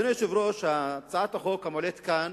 אדוני היושב-ראש, הצעת החוק המועלית כאן